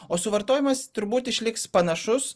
o suvartojimas turbūt išliks panašus